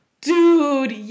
Dude